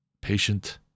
patient